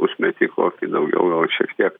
pusmetį kokį daugiau gal šiek tiek